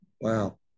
Wow